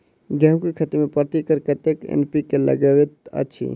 गेंहूँ केँ खेती मे प्रति एकड़ कतेक एन.पी.के लागैत अछि?